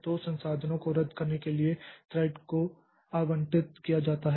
तो संसाधनों को रद्द करने के लिए थ्रेड को आवंटित किया गया है